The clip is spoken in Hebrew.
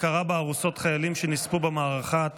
הכרה בארוסות חיילים שנספו במערכה),